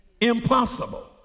Impossible